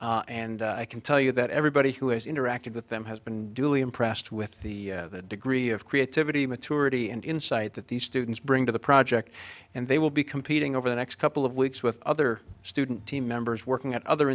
system and i can tell you that everybody who has interacted with them has been duly impressed with the degree of creativity maturity and insight that these students bring to the project and they will be competing over the next couple of weeks with other student team members working at other